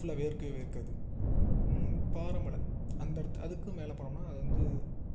ஃபுல்லா வேர்க்கே வேர்க்காது பாறை மலை அந்த இடத்தை அதுக்கும் மேலே போனோம்னால் அது வந்து